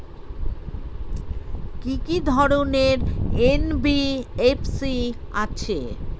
কি কি ধরনের এন.বি.এফ.সি আছে?